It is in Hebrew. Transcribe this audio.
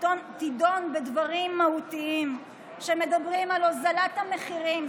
תדון בדברים מהותיים שמדברים על הורדת המחירים.